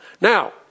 Now